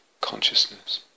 consciousness